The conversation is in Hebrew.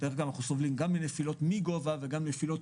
אנחנו סובלים מנפילות מגובה וגם נפילות